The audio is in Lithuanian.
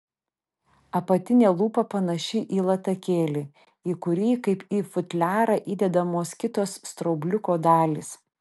apatinė lūpa panaši į latakėlį į kurį kaip į futliarą įdedamos kitos straubliuko dalys